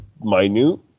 minute